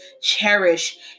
cherish